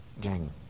Gang